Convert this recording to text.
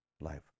life